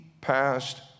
passed